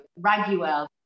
Raguel